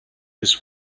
this